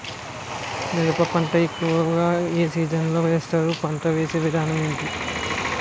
మిరప పంట ఎక్కువుగా ఏ సీజన్ లో వేస్తారు? పంట వేసే విధానం ఎంటి?